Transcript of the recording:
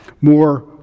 more